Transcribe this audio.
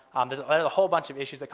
um there's a whole bunch of issues. like